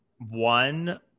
one